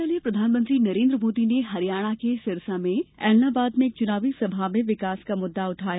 इसके पहले प्रधानमंत्री नरेन्द्र मोदी ने हरियाणा के सिरसा जिले में एलनाबाद में एक चुनावी सभा में विकास का मुद्दा उठाया